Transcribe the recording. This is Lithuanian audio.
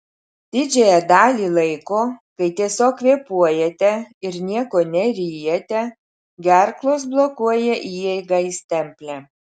didžiąją dalį laiko kai tiesiog kvėpuojate ir nieko neryjate gerklos blokuoja įeigą į stemplę